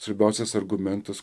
svarbiausias argumentas